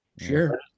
Sure